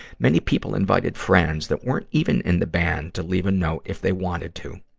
many people invited friends that weren't even in the band to leave a note, if they wanted to.